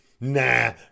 nah